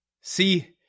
See